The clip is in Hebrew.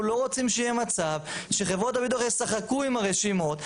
לא רוצים שיהיה מצב שחברות הביטוח ישחקו עם הרשימות,